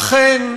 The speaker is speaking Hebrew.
אכן,